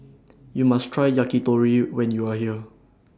YOU must Try Yakitori when YOU Are here